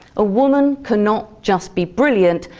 a woman cannot just be brilliant,